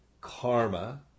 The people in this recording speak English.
karma